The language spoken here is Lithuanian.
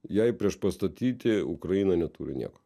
jei priešpastatyti ukraina neturi nieko